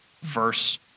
verse